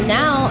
now